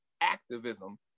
activism